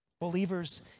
Believers